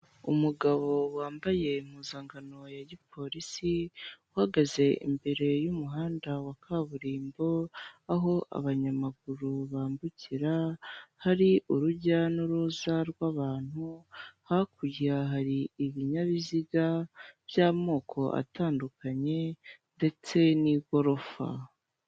SPENN ni uburyo bwatangijwe na banki ya I&M BANK, ushobora kubitsa, ushobora kohereza umuntu amafaranga ushobora no kuyabikuzaho ndetse ushobora no koherereza amafaranga ubu buryo ugatsindira amafaranga magana tanu uko utumiye umuntu.